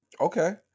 Okay